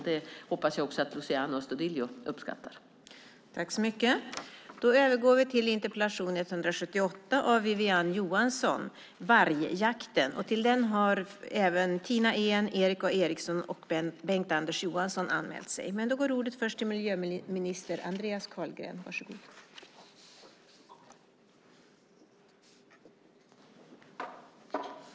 Jag hoppas att också Luciano Astudillo uppskattar detta.